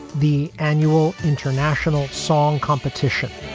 the annual international song competition.